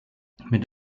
mit